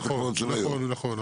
נכון.